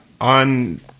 on